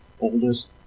oldest